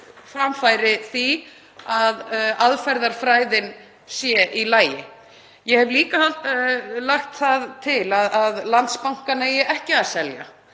framfæri því að aðferðafræðin sé í lagi. Ég hef líka lagt það til að Landsbankann eigi ekki að selja.